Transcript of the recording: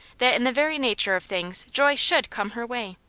that in the very nature of things joy should come her way.